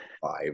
Five